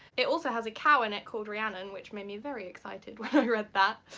it also has a cow in it called rhiannon which made me very excited when i read that.